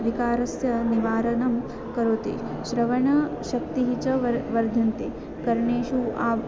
विकारस्य निवारणं करोति श्रवणशक्तिः च वर् वर्धन्ते कर्णेषु आब्